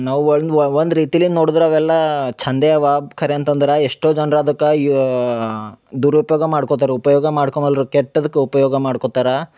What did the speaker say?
ನಾವು ಒಂದು ಒಂದು ರೀತಿಲಿ ನೋಡ್ದ್ರೆ ಅವೆಲ್ಲ ಚಂದ ಅವ ಖರೆ ಅಂತಂದ್ರೆ ಎಷ್ಟೋ ಜನ್ರು ಅದಕ್ಕೆ ಯೋ ದುರುಪಯೋಗ ಮಾಡ್ಕೊತಾರ್ ಉಪಯೋಗ ಮಾಡ್ಕೊವಲ್ಲರು ಕೆಟ್ಟದಕ್ಕೆ ಉಪಯೋಗ ಮಾಡ್ಕೊತಾರ